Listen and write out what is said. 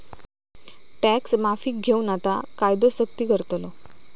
tax माफीक घेऊन आता कायदो सख्ती करतलो